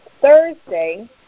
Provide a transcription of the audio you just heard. Thursday